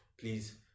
please